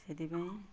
ସେଥିପାଇଁ